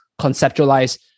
conceptualize